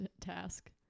task